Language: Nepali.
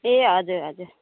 ए हजुर हजुर